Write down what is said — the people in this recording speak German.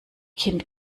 kind